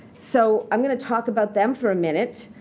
so i'm going to talk about them for a minute.